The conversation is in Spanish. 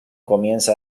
comienza